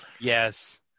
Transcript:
Yes